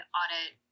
audit